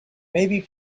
maybe